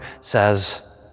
says